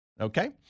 Okay